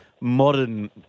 modern